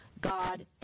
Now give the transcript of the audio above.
God